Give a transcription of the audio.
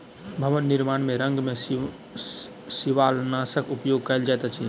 भवन निर्माण में रंग में शिवालनाशक उपयोग कयल जाइत अछि